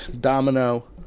Domino